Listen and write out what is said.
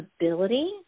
ability